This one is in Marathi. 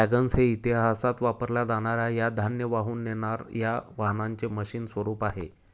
वॅगन्स हे इतिहासात वापरल्या जाणार या धान्य वाहून नेणार या वाहनांचे मशीन स्वरूप आहे